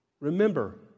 Remember